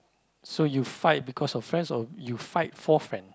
so you fight because of friends or you fight for friend